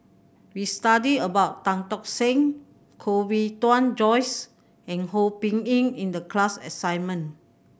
we studied about Tan Tock Seng Koh Bee Tuan Joyce and Ho Yee Ping in the class assignment